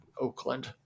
Oakland